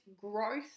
growth